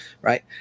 right